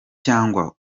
cyangwa